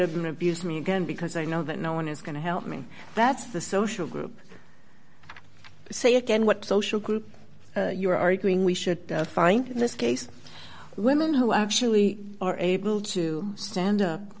of an abused me again because i know that no one is going to help me that's the social group say again what social group you're arguing we should find this case women who actually are able to stand up